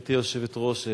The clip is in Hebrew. גברתי היושבת-ראש,